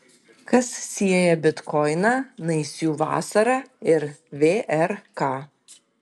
kas sieja bitkoiną naisių vasarą ir vrk